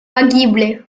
погибли